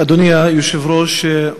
אדוני היושב-ראש,